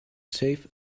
save